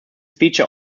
feature